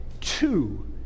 two